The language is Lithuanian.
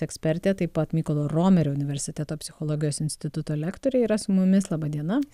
ekspertė taip pat mykolo romerio universiteto psichologijos instituto lektorė yra su mumis laba diena